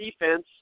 defense